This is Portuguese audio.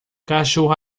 cachorro